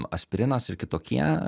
aspirinas ir kitokie